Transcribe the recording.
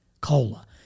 cola